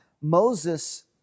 Moses